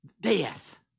death